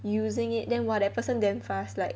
using it then !wah! the person damn fast like